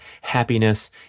happiness